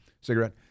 cigarette